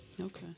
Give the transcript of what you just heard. Okay